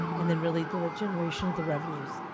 and then really to the generation of the revenues,